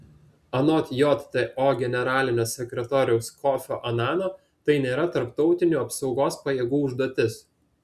anot jto generalinio sekretoriaus kofio anano tai nėra tarptautinių apsaugos pajėgų užduotis